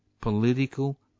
political